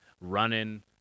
running